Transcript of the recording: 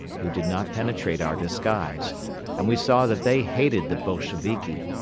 who did not penetrate our disguise and we saw that they hated the bolsheviki,